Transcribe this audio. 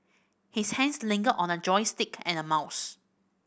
his hands lingered on a joystick and a mouse